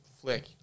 flick